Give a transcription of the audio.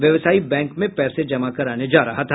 व्यवसायी बैंक में पैसे जमा करने जा रहा था